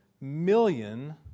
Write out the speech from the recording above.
million